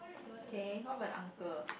K what about the uncle